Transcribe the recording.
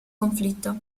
conflitto